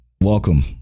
welcome